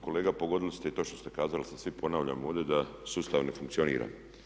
Kolega pogodili ste i točno ste kazali da se svi ponavljamo ovdje, da sustav ne funkcionira.